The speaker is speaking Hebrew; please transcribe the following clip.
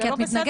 כי את מתנגד.